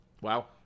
Wow